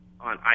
on